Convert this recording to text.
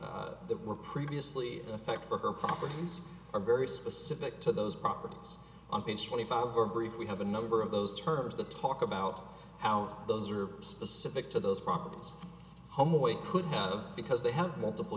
she that were previously effect for her properties are very specific to those properties on page twenty five or brief we have a number of those terms that talk about how those are specific to those problems home away could have because they have multiple